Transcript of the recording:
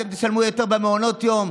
אתם תשלמו יותר במעונות היום.